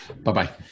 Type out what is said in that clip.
Bye-bye